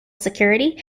security